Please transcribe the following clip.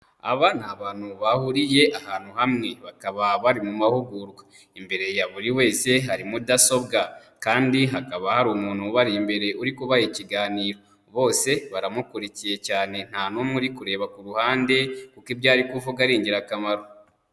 Aba ni abantu bahuriye ahantu hamwe. Bakaba bari mu mahugurwa. Imbere ya buri wese hari mudasobwa. Kandi hakaba hari umuntu ubari imbere, uri kubaha ikiganiro. Bose baramukurikiye cyane nta n'umwe uri kureba ku ruhande, kuko ibyo ari kuvuga ari ingirakamaro.